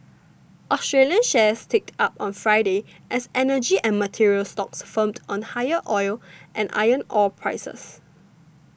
Australian shares ticked up on Friday as energy and materials stocks firmed on higher oil and iron ore prices